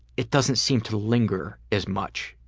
it doesn't seem to linger as much.